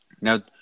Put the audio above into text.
Now